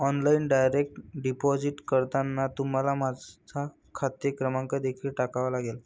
online direct deposit करताना तुम्हाला माझा खाते क्रमांक देखील टाकावा लागेल